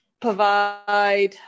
provide